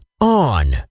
on